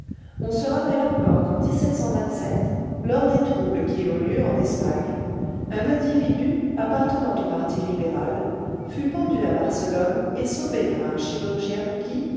on se rappelle encore qu'en lors des troubles qui eurent lieu on espagne un individu appartenant au parti libéral fut pondu à barcelone et sauvé par un chirurgien qui